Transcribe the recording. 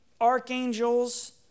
archangels